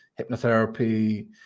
hypnotherapy